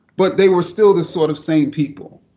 but they were still the sort of same people.